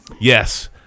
Yes